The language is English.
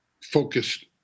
focused